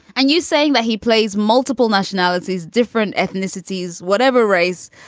and you saying that he plays multiple nationalities different ethnicities whatever race.